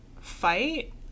fight